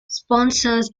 sponsors